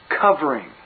covering